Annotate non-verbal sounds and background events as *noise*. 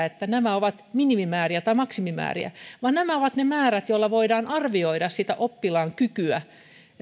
*unintelligible* että nämä ovat minimimääriä tai maksimimääriä vaan nämä ovat ne määrät joilla voidaan arvioida sitä oppilaan kykyä